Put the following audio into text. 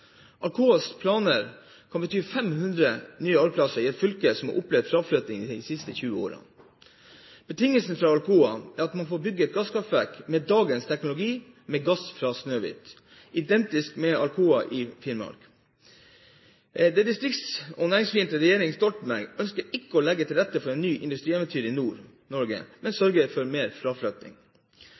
planer kan bety 500 nye arbeidsplasser i et fylke som har opplevd fraflytting de siste 20 årene. Betingelsene fra Alcoa er at de får bygge et gasskraftverk med dagens teknologi med gass fra Snøhvit – identisk med Alcoa i Finnmark. Den distrikts- og næringsfiendtlige regjeringen Stoltenberg ønsker ikke å legge til rette for et nytt industrieventyr i Nord-Norge, men sørger for mer fraflytting.